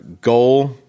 goal